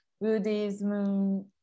Buddhism